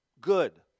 good